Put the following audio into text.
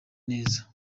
neza